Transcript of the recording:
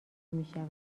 میشد